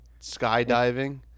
skydiving